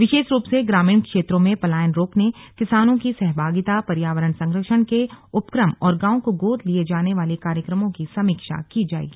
विशेष रूप से ग्रामीण क्षेत्रों में पलायन रोकने किसानों की सहभागिता पर्यावरण संरक्षण के उपक्रम औरगांवों को गोद लिए जाने वाले कार्य क्रमों की समीक्षा की जाएगी